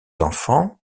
enfants